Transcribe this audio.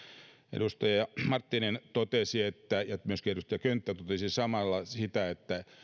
edustaja marttinen totesi ja myöskin edustaja könttä totesi samalla että